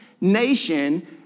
nation